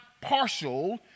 partial